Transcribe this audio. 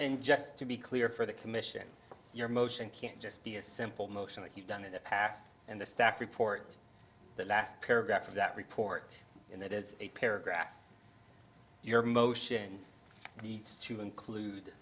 and just to be clear for the commission your motion can't just be a simple motion like you've done in the past and the staff report the last paragraph of that report and that is a paragraph your motion needs to include